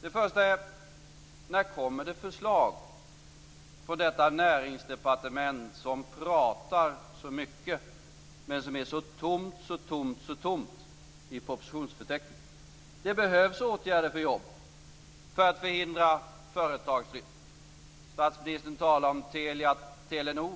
Den första är: När kommer det förslag från detta näringsdepartement som pratar så mycket men som har så tomt, så tomt i propositionsförteckningen? Det behövs åtgärder för jobb och för att förhindra företagsflytt. Statsministern talar om Telia-Telenor.